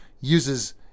uses